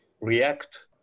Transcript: react